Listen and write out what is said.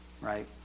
right